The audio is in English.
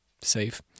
safe